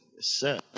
sir